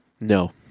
No